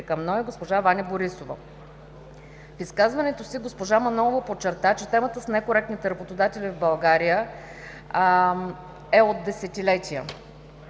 към НОИ госпожа Ваня Борисова. В изказването си госпожа Манолова подчерта, че темата с некоректните работодатели в България е от десетилетия.